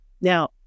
Now